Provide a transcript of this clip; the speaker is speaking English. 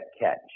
catch